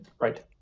Right